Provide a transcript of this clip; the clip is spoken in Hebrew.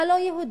הלא-יהודים.